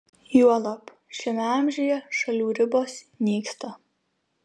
juolab šiame amžiuje šalių ribos nyksta